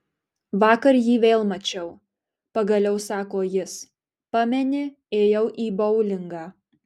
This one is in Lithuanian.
vakar jį vėl mačiau pagaliau sako jis pameni ėjau į boulingą